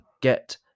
Get